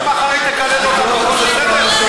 אם מחר היא תקלל אותנו, זה בסדר?